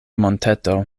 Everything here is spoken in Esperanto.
monteto